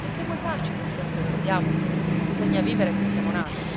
e che vuoi farci se sei un povero diavolo bisogna vivere come siamo nati